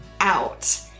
out